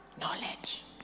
knowledge